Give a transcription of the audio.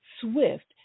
swift